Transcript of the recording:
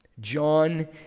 John